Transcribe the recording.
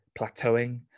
plateauing